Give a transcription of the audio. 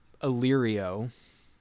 illyrio